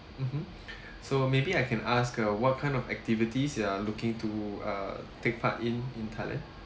mmhmm so maybe I can ask uh what kind of activities you are looking to uh take part in in thailand